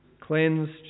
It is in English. cleansed